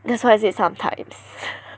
that's why I said sometimes